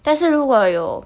但是如果有